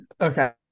okay